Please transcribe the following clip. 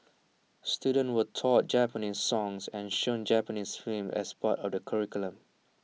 students were taught Japanese songs and shown Japanese films as part of the curriculum